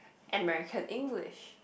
American English